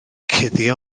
cuddio